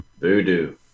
Voodoo